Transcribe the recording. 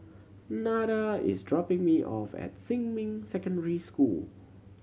Nada is dropping me off at Xinmin Secondary School